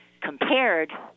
compared